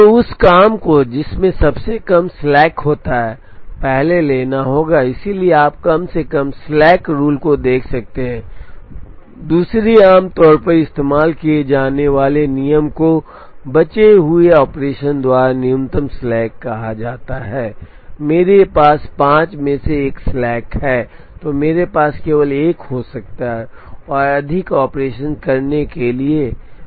तो उस काम को जिसमें सबसे कम स्लैक होता है पहले लेना होगा इसलिए आप कम से कम स्लैक रूल देख सकते हैं दूसरे आमतौर पर इस्तेमाल किए जाने वाले नियम को बचे हुए ऑपरेशन्स द्वारा न्यूनतम स्लैक कहा जाता है मेरे पास 5 में से एक स्लैक है मेरे पास केवल एक हो सकता है और अधिक ऑपरेशन करने के लिए